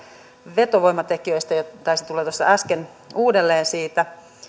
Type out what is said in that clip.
vetovoimatekijöistä ja taisi tulla äsken uudelleen siitä